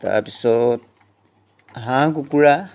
তাৰপিছত হাঁহ কুকুৰা